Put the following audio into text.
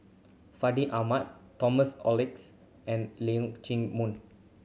Fandi Ahmad Thomas Oxley and Leong Chee Mun